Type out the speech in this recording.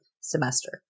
semester